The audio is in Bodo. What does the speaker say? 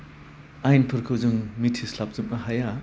आयेनफोरखौ जों मिथिस्लाबजोबनो हाया